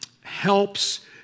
helps